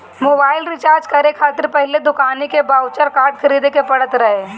mobile recharge करे खातिर पहिले दुकानी के बाउचर कार्ड खरीदे के पड़त रहे